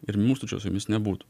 ir mūsų čia su jumis nebūtų